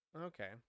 Okay